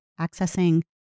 accessing